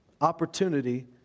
opportunity